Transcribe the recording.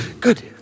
Good